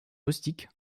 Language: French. rustique